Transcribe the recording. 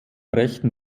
rechten